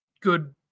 good